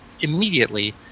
immediately